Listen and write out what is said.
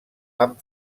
amb